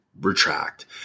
retract